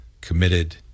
committed